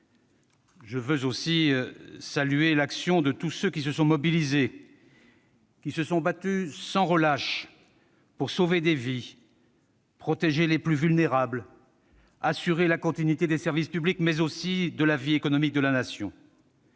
Je veux aussi saluer l'action de tous ceux qui se sont mobilisés, qui se sont battus sans relâche, pour sauver des vies, protéger les plus vulnérables, assurer la continuité des services publics, mais aussi de la vie économique de la Nation.